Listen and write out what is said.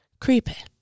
Creepy